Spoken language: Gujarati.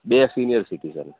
બે સિનિયર સિટીજન